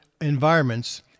environments